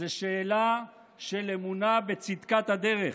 זו שאלה של אמונה בצדקת הדרך.